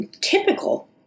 typical